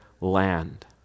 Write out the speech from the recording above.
land